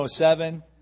1907